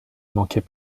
manquait